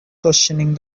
questioning